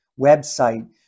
website